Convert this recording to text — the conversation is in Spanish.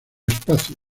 espacio